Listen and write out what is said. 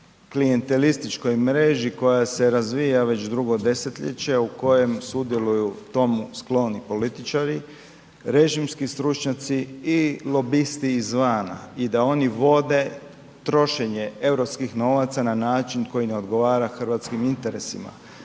klijantelističkoj mreži koja se razvija već drugo desetljeće, a u kojem sudjeluju tomu skloni političari, režimski stručnjaci i lobisti izvana i da oni vode trošenje europskih novaca na način koji ne odgovara hrvatskim interesima.